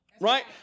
Right